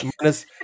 Minus